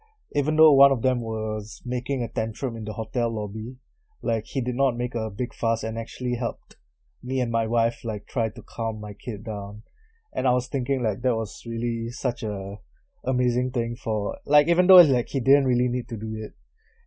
even though one of them was making a tantrum in the hotel lobby like he did not make a big fuss and actually helped me and my wife like try to calm my kid down and I was thinking like that was really such a amazing thing for like even though is like he didn't really need to do it